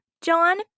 John